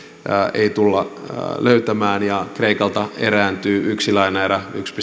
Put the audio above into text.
ei tulla löytämään ja kreikalta erääntyy yksi lainaerä yksi